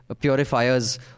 purifiers